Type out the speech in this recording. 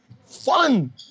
fun